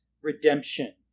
redemption